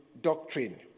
doctrine